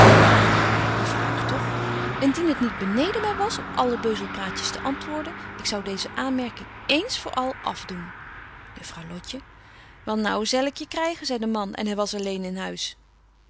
juffrouw hartog indien het niet beneden my was op alle beuzelpraatjes te antwoorden ik zou deeze aanmerking ééns voor al afdoen juffrouw lotje wel nou zel ik je krygen zei de man en hy was alleen in huis